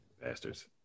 bastards